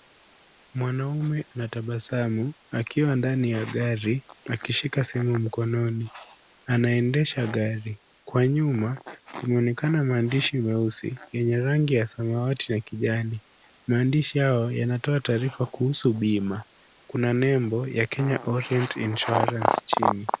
Mwanaume anatabasamu, akiwa ndani ya gari, akishika simu mkononi. Anaendesha gari. Kwa nyuma, kunaonekana maandishi meusi yenye rangi ya samawati na kijani. Maandishi yao yanatoa taarifa kuhusu bima. Kuna nembo ya Kenya Orient Insurance chini.